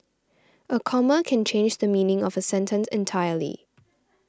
a comma can change the meaning of a sentence entirely